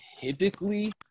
Typically